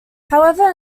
however